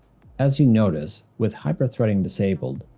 as you notice, with hyper-threading disabled,